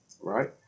right